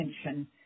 attention